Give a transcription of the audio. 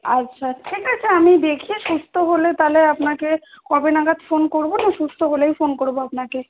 আচ্ছা ঠিক আছে আমি দেখি সুস্থ হলে তাহলে আপনাকে কবে নাগাদ ফোন করবো না সুস্থ হলেই ফোন করবো আপনাকে